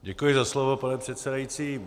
Děkuji za slovo, pane předsedající.